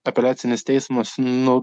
apeliacinis teismas nu